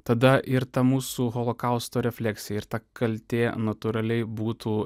tada ir ta mūsų holokausto refleksija ir ta kaltė natūraliai būtų